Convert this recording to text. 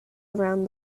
around